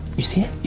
you see it? you